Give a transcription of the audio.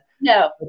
No